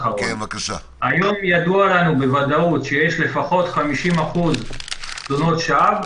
היום ידוע לנו בוודאות שיש לפחות 50% תלונות שווא,